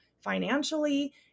financially